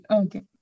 okay